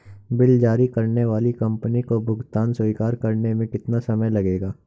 Bill जारी करने वाली कंपनी को भुगतान स्वीकार करने में कितना समय लगेगा?